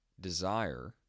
desire